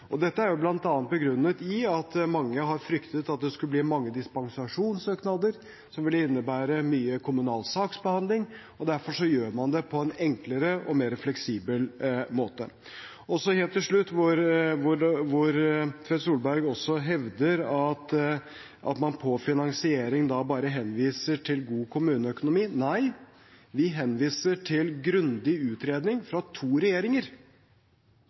Dette er bl.a. begrunnet i at mange har fryktet at det skulle bli mange dispensasjonssøknader, som ville innebære mye kommunal saksbehandling, og derfor gjør man det på en enklere og mer fleksibel måte. Så helt til slutt: Tvedt Solberg hevder også når det gjelder finansiering, at man bare henviser til god kommuneøkonomi. Nei, vi henviser til grundig utredning – fra to regjeringer.